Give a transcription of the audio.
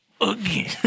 again